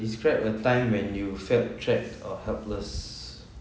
describe a time when you felt trapped or helpless